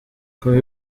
kuba